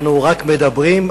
אנחנו רק מדברים,